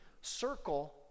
circle